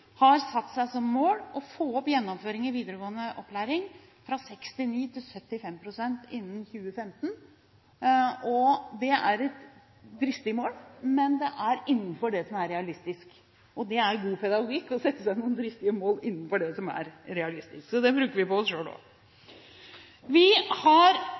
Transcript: har satt seg som mål å få opp gjennomføringen i videregående opplæring fra 69 pst. til 75 pst. innen 2015. Det er et dristig mål, men det er innenfor det som er realistisk. Det er god pedagogikk å sette seg noen dristige mål innenfor det som er realistisk – det bruker vi på oss selv også. Vi har